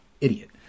idiot